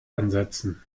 ansetzen